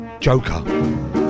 Joker